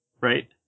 right